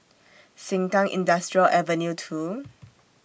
Sengkang Industrial Avenue two